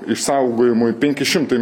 išsaugojimui penki šimtai